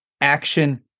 action